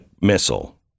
missile